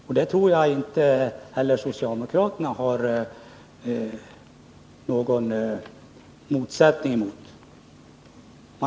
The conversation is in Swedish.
Och jag tror inte att socialdemokraterna har någon motsatt uppfattning i det fallet.